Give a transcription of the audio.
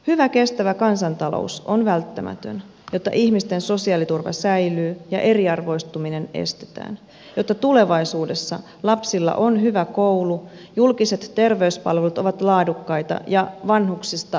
hyvä kestävä kansantalous on välttämätön jotta ihmisten sosiaaliturva säilyy ja eriarvoistuminen estetään jotta tulevaisuudessa lapsilla on hyvä koulu julkiset terveyspalvelut ovat laadukkaita ja vanhuksista huolehditaan